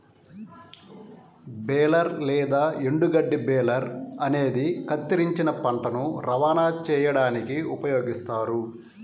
baler లేదా ఎండుగడ్డి baler అనేది కత్తిరించిన పంటను రవాణా చేయడానికి ఉపయోగిస్తారు